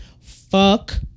fuck